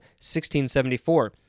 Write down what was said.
1674